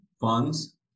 funds